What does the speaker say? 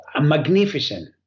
Magnificent